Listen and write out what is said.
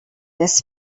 this